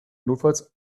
notfalls